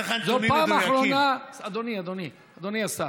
אדוני השר,